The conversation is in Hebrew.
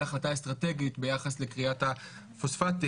החלטה אסטרטגית ביחס לכריית הפוספטים,